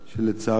שלצערי,